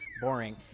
boring